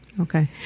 Okay